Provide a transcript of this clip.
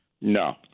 No